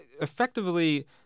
effectively